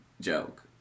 joke